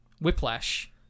Whiplash